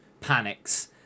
panics